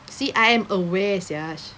see I am aware sia ch~